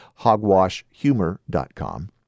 hogwashhumor.com